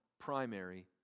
primary